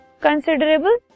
considerable